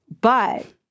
but-